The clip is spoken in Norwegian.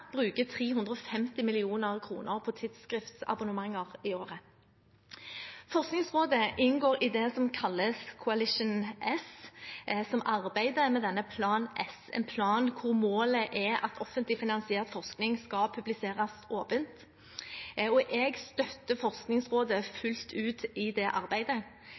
bruker 350 mill. kr på tidsskriftsabonnementer i året. Forskningsrådet inngår i det som kalles cOAlition S, som arbeider med Plan S, en plan hvor målet er at offentlig finansiert forskning skal publiseres åpent. Jeg støtter Forskningsrådet fullt ut i det arbeidet.